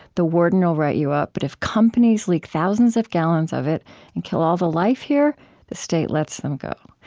the warden'll write you up. but if companies leak thousands of gallons of it and kill all the life here? the state lets them go.